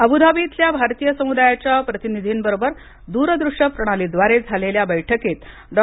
Abu Dhabi इथल्या भारतीय समुदायाच्या प्रतिनिधींबरोबर द्रदृष्य प्रणालीद्वारे झालेल्या बैठकीत डॉ